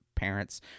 parents